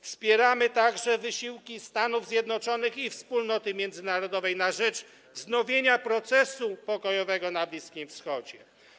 Wspieramy także wysiłki Stanów Zjednoczonych i wspólnoty międzynarodowej na rzecz wznowienia procesu pokojowego na Bliskim Wschodzie.